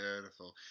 beautiful